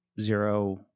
zero